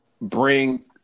bring